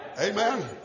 Amen